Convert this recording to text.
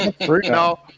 No